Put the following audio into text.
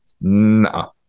No